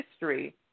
history